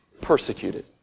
persecuted